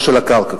לא של הקרקע,